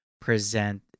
present